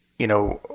you know,